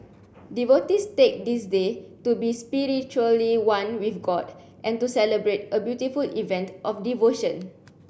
devotees take this day to be spiritually one with god and to celebrate a beautiful event of devotion